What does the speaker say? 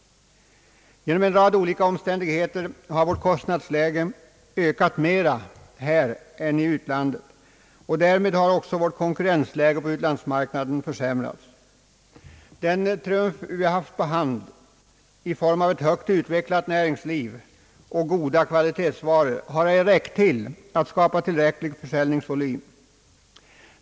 Genom en rad olika omständigheter har vårt kostnadsläge ökat mera än i utlandet och därmed har vårt konkurrensläge på utlandsmarknaden försämrats. Den trumf vi haft på hand i form av ett högt utvecklat näringsliv och goda kvalitetsvaror har ej räckt till att skapa tillräcklig försäljningsvolym.